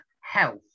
health